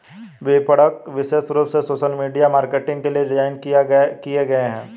विपणक विशेष रूप से सोशल मीडिया मार्केटिंग के लिए डिज़ाइन किए गए है